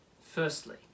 Firstly